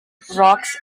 rocks